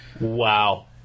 Wow